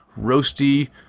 roasty